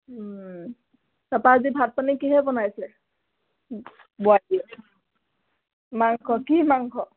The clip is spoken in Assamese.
তাৰ পৰা আজি ভাত পানী কিহে বনাইছে বোৱাৰী মাংস কি মাংস